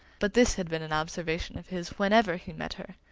but this had been an observation of his whenever he met her.